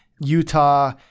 Utah-